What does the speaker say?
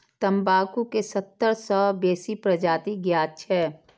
तंबाकू के सत्तर सं बेसी प्रजाति ज्ञात छै